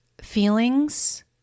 Feelings